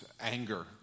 anger